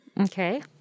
Okay